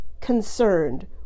concerned